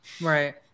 right